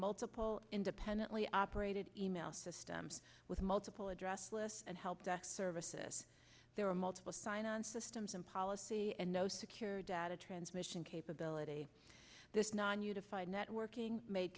multiple independently operated e mail systems with multiple address lists and helpdesk services there were multiple finance systems and policy and no secure data transmission capability this non unified networking made